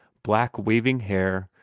black waving hair,